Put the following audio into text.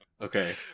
Okay